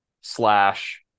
slash